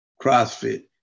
CrossFit